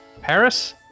Paris